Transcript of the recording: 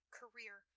career